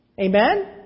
Amen